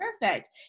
Perfect